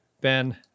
Ben